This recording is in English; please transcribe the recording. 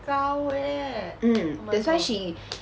mm that's why she